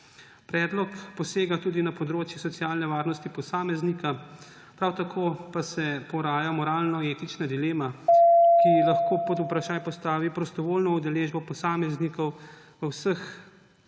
Predlog posega tudi na področje socialne varnosti posameznika, prav tako pa se poraja moralno-etična dilema, ki lahko pod vprašaj postavi prostovoljno udeležbo posameznikov v vseh